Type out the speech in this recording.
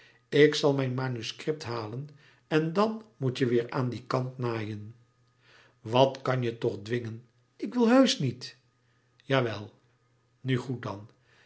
ik zal mijn manuscript halen en dan moet je weêr aan die kant naaien wat kan je toch dwingen ik wil heusch niet jawel nu goed dan